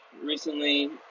recently